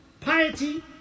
Piety